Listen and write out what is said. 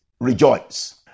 Rejoice